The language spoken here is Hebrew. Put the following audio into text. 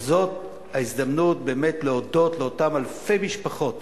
וזו ההזדמנות באמת להודות לאותן אלפי משפחות